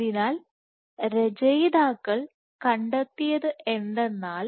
അതിനാൽ രചയിതാക്കൾ കണ്ടെത്തിയത് എന്തെന്നാൽ